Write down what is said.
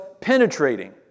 penetrating